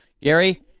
Gary